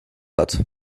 hat